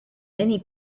many